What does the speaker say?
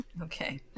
Okay